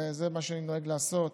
זה מה שאני נוהג לעשות,